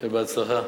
שיהיה בהצלחה.